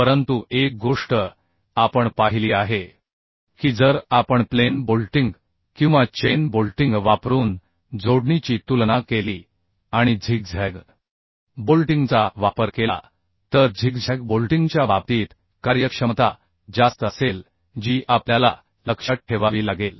परंतु एक गोष्ट आपण पाहिली आहेकी जर आपण प्लेन बोल्टिंग किंवा चेन बोल्टिंग वापरून जोडणीची तुलना केली आणि झिगझॅग बोल्टिंगचा वापर केला तर झिगझॅग बोल्टिंगच्या बाबतीत कार्यक्षमता जास्त असेल जी आपल्याला लक्षात ठेवावी लागेल